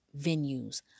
venues